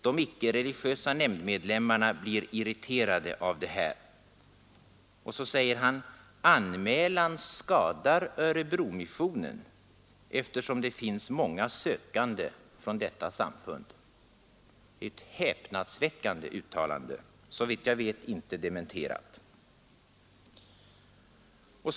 De icke-religiösa nämndmedlemmarna blir irriterade av det här.” Och så säger han: ”Anmälan skadar ÖM eftersom det finns många sökande från detta samfund.” Ett häpnadsväckande uttalande, såvitt jag vet inte heller dementerat.